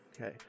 Okay